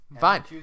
Fine